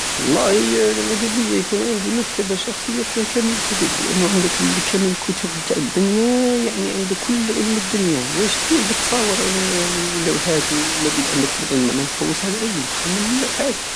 والله انا مدبيا يكون عندي مكتب الشخصي فيه كامل الكتب لانو عندك كامل الكتب تع الدنيا يعني عندك كل علم الدنية واش ادير بالتصاور انايا والوحات مابيد عندك العلم انا نحوس على العلم خير من اللوحات